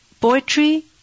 poetry